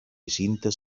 cintes